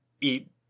eat